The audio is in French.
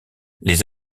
les